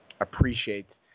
appreciate